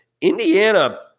Indiana